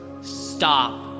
stop